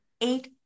eight